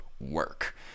work